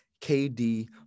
KD